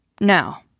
Now